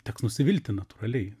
teks nusivilti natūraliai